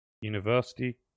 University